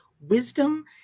wisdom